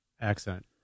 accent